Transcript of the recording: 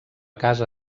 casa